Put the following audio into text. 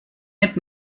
mit